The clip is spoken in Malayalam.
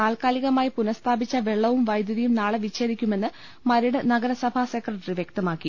താൽക്കാലികമായി പുനഃസ്ഥാ പിച്ച വെള്ളവും വൈദ്യുതിയും നാളെ വിച്ഛേദിക്കുമെന്ന് മരട് നഗരസഭാ സെക്രട്ടറി വൃക്തമാക്കി